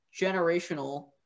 generational